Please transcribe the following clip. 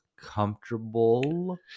comfortable